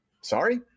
Sorry